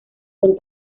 con